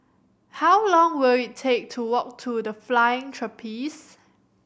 how long will it take to walk to The Flying Trapeze